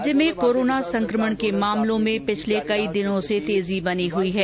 राज्य में कोरोना संक्रमण के मामलों में पिछले कई दिनों से तेजी बनी हुई है